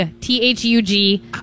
T-H-U-G